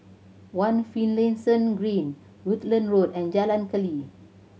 One Finlayson Green Rutland Road and Jalan Keli